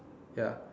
ya